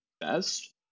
best